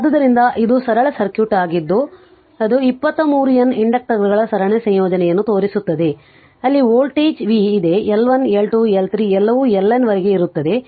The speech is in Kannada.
ಆದ್ದರಿಂದ ಇದು ಸರಳ ಸರ್ಕ್ಯೂಟ್ ಆಗಿದ್ದು ಅದು 23 N ಇಂಡಕ್ಟರುಗಳ ಸರಣಿ ಸಂಯೋಜನೆಯನ್ನು ತೋರಿಸುತ್ತದೆ ಅಲ್ಲಿ ವೋಲ್ಟೇಜ್ v ಇದೆ L 1 L 2 L 3 ಎಲ್ಲವೂ L N ವರೆಗೆ ಇರುತ್ತವೆ